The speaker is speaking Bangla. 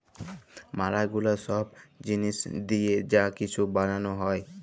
ম্যালা গুলা ছব জিলিস দিঁয়ে যা কিছু বালাল হ্যয়